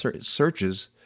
searches